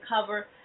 cover